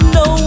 no